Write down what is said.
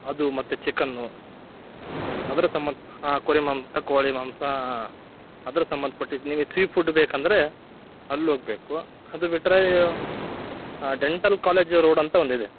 ಅದು ಮತ್ತೆ ಚಿಕನ್ನು ಅದರ ಸಂಬಂಧ ಹಾಂ ಕುರಿ ಮಾಂಸ ಕೋಳಿ ಮಾಂಸ ಅದರ ಸಂಬಂಧ್ಪಟ್ಟಿದ್ದು ನಿಮಿಗೆ ಸೀ ಫುಡ್ ಬೇಕೆಂದ್ರೆ ಅಲ್ಲಿ ಹೋಗ್ಬೇಕು ಅದು ಬಿಟ್ರೆ ಡೆಂಟಲ್ ಕಾಲೇಜು ರೋಡ್ ಅಂತ ಒಂದು ಇದೆ